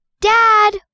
Dad